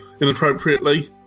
inappropriately